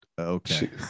okay